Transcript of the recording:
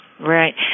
Right